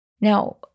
Now